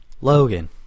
Logan